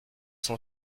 sont